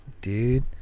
Dude